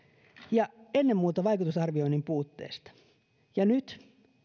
ja ennen muuta vaikutusarvioinnin puutteesta ja nyt